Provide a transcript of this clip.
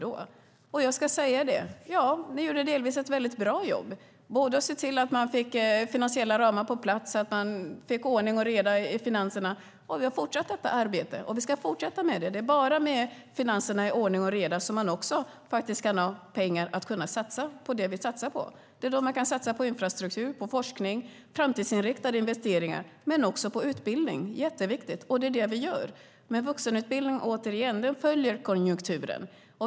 Jag ska erkänna att Socialdemokraterna gjorde ett delvis mycket bra jobb både när man såg till att man fick finansiella ramar på plats och ordning och reda i finanserna. Vi har fortsatt och ska fortsätta det arbetet. Det är bara med ordning och reda i finanserna så att man har pengar att kunna satsa på det som vi satsar på. Det är då man kan satsa på infrastruktur och forskning, göra framtidsinriktade investeringar, men också på utbildning. Det är jätteviktigt, och det gör vi. Återigen: Vuxenutbildning följer konjunkturen.